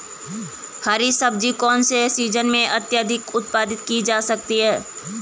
हरी सब्जी कौन से सीजन में अत्यधिक उत्पादित की जा सकती है?